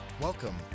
Welcome